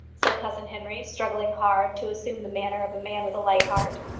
said cousin henry, struggling hard to assume the manner of a man with a light heart.